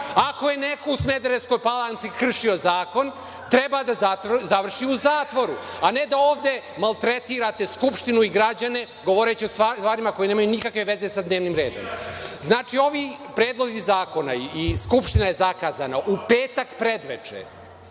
Ako je neko u Smederevskoj Palanci, treba da završi u zatvoru, a ne da ovde maltretirate Skupštinu i građane govoreći o stvarima koje nemaju nikakve veze sa dnevnim redom. Ovi predlozi zakona i Skupština je zakazana u petak predveče,